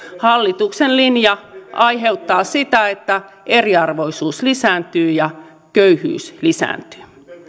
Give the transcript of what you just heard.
hallituksen linja aiheuttaa sitä että eriarvoisuus lisääntyy ja köyhyys lisääntyy